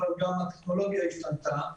אבל גם הטכנולוגיה השתנתה.